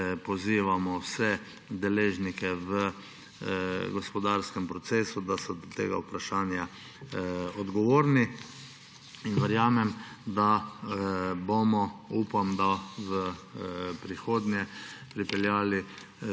pozivamo vse deležnike v gospodarskem procesu, da so do tega vprašanja odgovorni. Verjamem, da bomo, upam, v prihodnje pripeljali